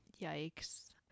Yikes